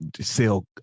sell